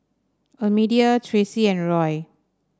Almedia Traci and Roy